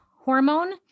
hormone